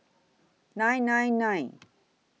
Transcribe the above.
nine nine nine